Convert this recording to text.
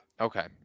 Okay